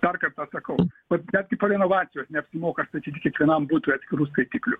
dar kartą sakau vat netgi po renovacijos neapsimoka statyti kiekvienam butui atskirų skaitiklių